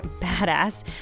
badass